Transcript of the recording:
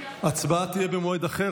הצבעה תהיה במועד אחר.